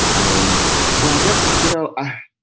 um but i guess, you know, i